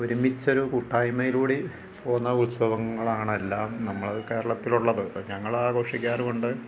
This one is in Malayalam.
ഒരുമിച്ചൊരു കൂട്ടായ്മയിലൂടി പോകുന്ന ഉത്സവങ്ങളാണെല്ലാം നമ്മൾ കേരളത്തിലുള്ളത് ഞങ്ങളാഘോഷിക്കാറുമുണ്ട്